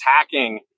attacking